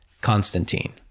Constantine